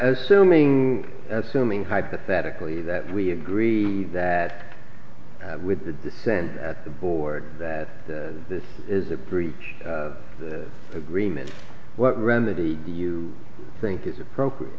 simming assuming hypothetically that we agreed that with the dissent at the board that this is a breach of the agreement what remedy do you think is appropriate